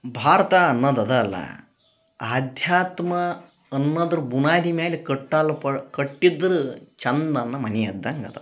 ಭಾರತ ಅನ್ನೋದು ಅದ ಅಲ್ಲಾ ಆಧ್ಯಾತ್ಮ ಅನ್ನೋದ್ರ ಬುನಾದಿ ಮ್ಯಾಲೆ ಕಟ್ಟಲ್ಪ ಕಟ್ಟಿದ್ರ ಚಂದನ್ನ ಮನಿ ಇದ್ದಂಗದ